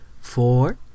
four